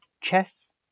Chess